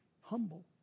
humble